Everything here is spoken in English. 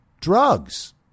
drugs